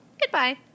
Goodbye